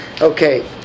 Okay